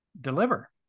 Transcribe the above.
deliver